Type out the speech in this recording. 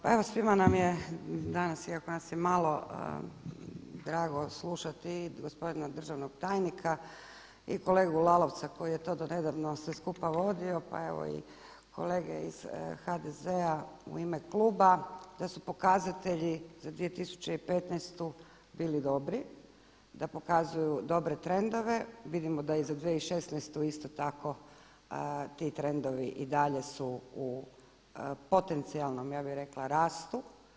Pa evo svima nam je danas, iako nas je malo, drago slušati gospodina državnog tajnika i kolegu Lalovca koji je to donedavno sve skupa vodio pa evo i kolege iz HDZ-a u ime kluba, da su pokazatelji za 2015. bili dobri, da pokazuju dobre trendove, vidimo da je i za 2016. isto tako ti trendovi i dalje su u potencijalnom ja bih rekla rastu.